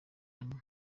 nyuma